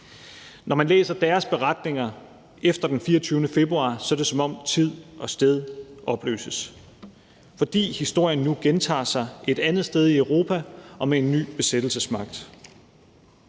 Når man læser deres beretninger efter den 24. februar, er det, som om tid og sted opløses, fordi historien nu gentager sig et andet sted i Europa og med en ny besættelsesmagt.